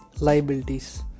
Liabilities